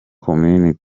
komini